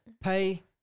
Pay